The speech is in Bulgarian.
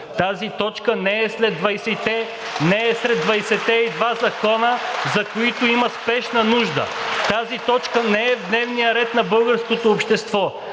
Тази точка не е сред 22-та закона, за които има спешна нужда. Тази точка не е в дневния ред на българското общество.